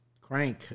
crank